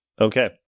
Okay